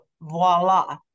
Voila